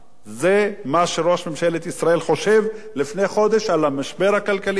זה מה שראש ממשלת ישראל חשב לפני חודש על המשבר הכלכלי העולמי.